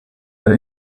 der